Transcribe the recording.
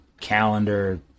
calendar